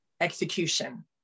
execution